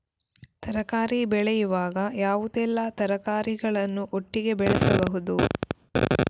ತರಕಾರಿ ಬೆಳೆಯುವಾಗ ಯಾವುದೆಲ್ಲ ತರಕಾರಿಗಳನ್ನು ಒಟ್ಟಿಗೆ ಬೆಳೆಸಬಹುದು?